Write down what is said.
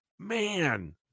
Man